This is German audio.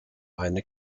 eine